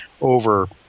over